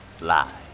lie